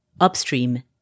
upstream